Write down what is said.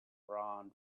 round